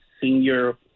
senior